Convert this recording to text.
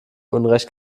unrecht